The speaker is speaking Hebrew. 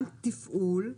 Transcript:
גם תפעול,